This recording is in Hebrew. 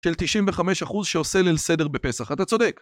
של 95% שעושה ליל סדר בפסח. אתה צודק.